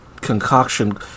concoction